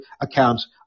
accounts